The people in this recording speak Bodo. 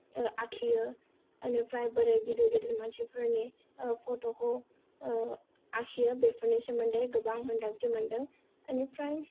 आखियो बेनिफ्राय बोरै गिदिर गिदिर मानसिफोरनि फट'खौ आखियो बेफोरनि सोमोन्दै गोबां मोन्दांथि मोनदों बेनिफ्राय